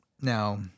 now